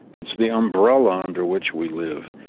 it's the umbrella under which we live.